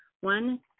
One